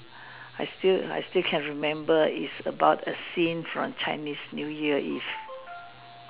I still I still can remember it's about a scene from Chinese new year eve